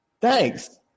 Thanks